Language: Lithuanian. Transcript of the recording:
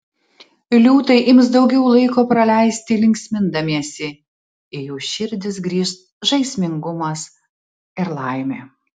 liūtai ims daugiau laiko praleisti linksmindamiesi į jų širdis grįš žaismingumas ir laimė